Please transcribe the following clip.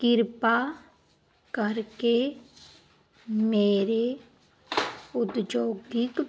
ਕਿਰਪਾ ਕਰਕੇ ਮੇਰੇ ਉਦਯੋਗਿਕ